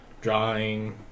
Drawing